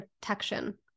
protection